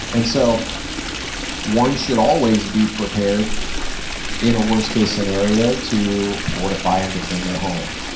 and so one should always be prepared in a worst-case scenario to fortify and defend their home,